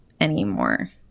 anymore